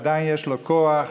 עדיין יש לו כוח